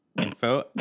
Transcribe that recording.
info